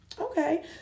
okay